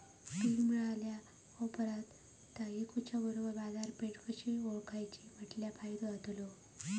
पीक मिळाल्या ऑप्रात ता इकुच्या बरोबर बाजारपेठ कशी ओळखाची म्हटल्या फायदो जातलो?